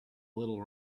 little